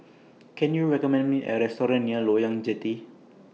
Can YOU recommend Me A Restaurant near Loyang Jetty